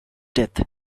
death